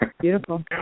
Beautiful